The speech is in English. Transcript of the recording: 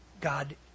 God